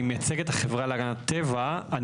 אני מייצג את החברה להגנת הטבע.